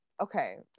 okay